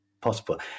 possible